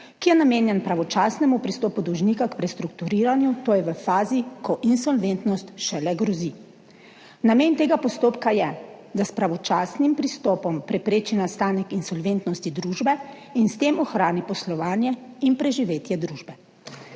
ki je namenjen pravočasnemu pristopu dolžnika k prestrukturiranju, to je v fazi, ko insolventnost šele grozi. Namen tega postopka je, da s pravočasnim pristopom prepreči nastanek insolventnosti družbe in s tem ohrani poslovanje in preživetje družbe.